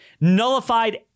nullified